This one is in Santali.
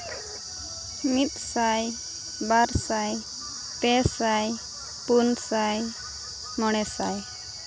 ᱢᱤᱫ ᱥᱟᱭ ᱵᱟᱨ ᱥᱟᱭ ᱯᱮ ᱥᱟᱭ ᱯᱩᱱ ᱥᱟᱭ ᱢᱚᱬᱮ ᱥᱟᱭ